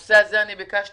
בנושא הזה ביקשתי